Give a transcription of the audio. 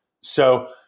So-